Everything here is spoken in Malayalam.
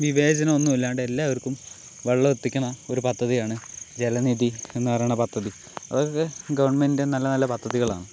വിവേചനമൊന്നുമില്ലാണ്ട് എല്ലാവർക്കും വെള്ളം എത്തിക്കുന്ന ഒരു പദ്ധതിയാണ് ജലനിധി എന്ന് പറയണ പദ്ധതി അതൊക്കെ ഗവണ്മെൻറ്റിൻ്റെ നല്ല നല്ല പദ്ധതികളാണ്